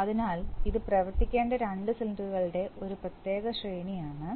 അതിനാൽ ഇത് പ്രവർത്തിക്കേണ്ട രണ്ട് സിലിണ്ടറുകളുടെ ഒരു പ്രത്യേക ശ്രേണിയാണ്